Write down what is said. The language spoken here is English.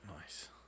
Nice